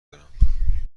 دارم